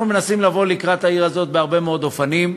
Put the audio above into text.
אנחנו מנסים לבוא לקראת העיר הזאת בהרבה מאוד אופנים,